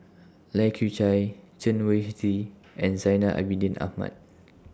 Lai Kew Chai Chen Wen Hsi and Zainal Abidin Ahmad